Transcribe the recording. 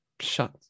Shut